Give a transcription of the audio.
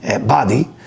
body